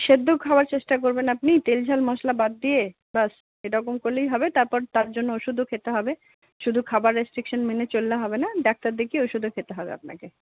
সেদ্ধ খাওয়ার চেষ্টা করবেন আপনি তেল ঝাল মশলা বাদ দিয়ে ব্যাস এরকম করলেই হবে তারপর তার জন্য ওষুধও খেতে হবে শুধু খাবার রেসট্রিকশান মেনে চললে হবে না ডাক্তার দেখিয়ে ওষুধও খেতে হবে আপনাকে